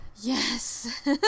Yes